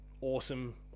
awesome